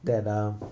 that um